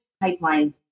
Pipeline